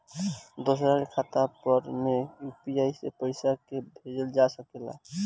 दोसरा के खाता पर में यू.पी.आई से पइसा के लेखाँ भेजल जा सके ला?